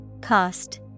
Cost